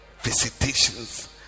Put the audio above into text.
visitations